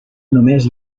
només